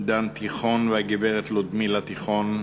דן תיכון והגברת לודמילה תיכון,